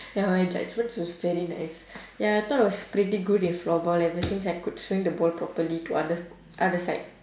ya my judgement was very nice ya I thought I was pretty good in floorball ever since I could swing the ball properly to other other side